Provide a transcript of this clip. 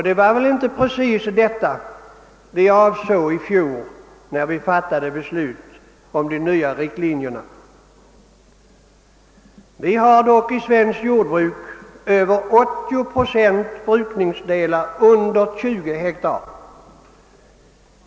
Det var väl inte precis detta vi avsåg när vi fattade beslut om de nya riktlinjerna. Vi har dock inom det svenska jordbruket över 80 procent brukningsdelar under 20 ha.